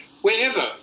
Wherever